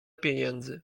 pieniędzy